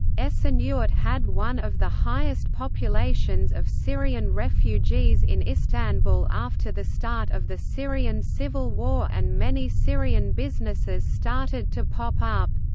esenyurt had one of the highest populations of syrian refugees in istanbul after the start of the syrian civil war and many syrian businesses started to pop up.